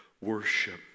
worship